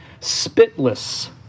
spitless